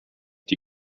die